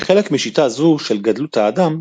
כחלק משיטה זו של גדלות האדם,